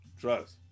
Trust